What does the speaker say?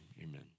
amen